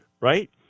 Right